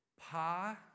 Pa